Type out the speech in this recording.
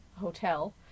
hotel